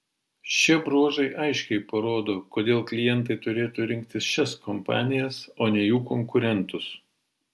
šie bruožai aiškiai parodo kodėl klientai turėtų rinktis šias kompanijas o ne jų konkurentus